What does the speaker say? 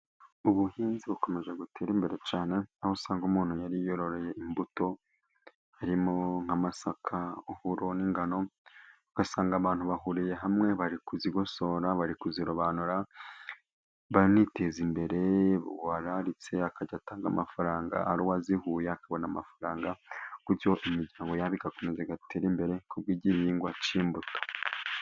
Ubuhinzi bukomeje gutera imbere cyane aho usanga umuntu yari yiyororeye imbuto harimo nk'amasaka, uburo n'ingano, ugasanga abantu bahuriye hamwe bari kuzigosora, bari kuzirobanura baniteza imbere. Uwararitse akajya atanga amafaranga, ari uwazihuye akabona amafaranga, bityo imiryango yabo igakomeza igaterara imbere, kubw'igihingwa cy'imbuto.